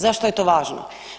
Zašto je to važno?